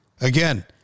Again